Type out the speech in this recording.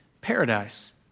paradise